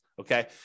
okay